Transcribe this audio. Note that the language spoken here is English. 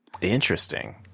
interesting